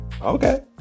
Okay